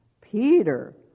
Peter